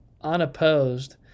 unopposed